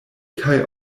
kaj